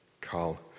Carl